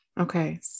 Okay